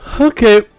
Okay